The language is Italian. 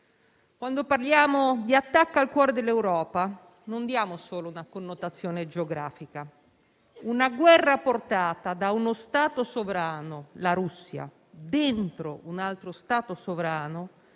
Quando parliamo di attacco al cuore dell'Europa, non diamo solo una connotazione geografica. Una guerra portata da uno Stato sovrano, la Russia, dentro un altro Stato sovrano